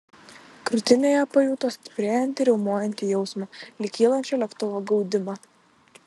krūtinėje pajuto stiprėjantį riaumojantį jausmą lyg kylančio lėktuvo gaudimą